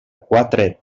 quatre